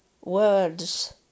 words